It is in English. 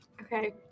Okay